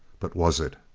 but was it?